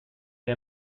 the